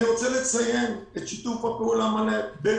אני רוצה לציין את שיתוף הפעולה המלא בין